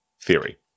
theory